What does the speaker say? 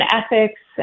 ethics